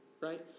right